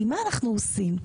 כי מה אנחנו עושים?